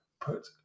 put